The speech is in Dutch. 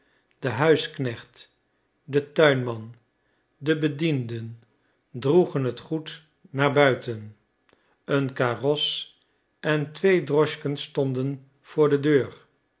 de huisknecht de tuinman de bedienden droegen het goed naar buiten een karos en twee droschken stonden voor de deur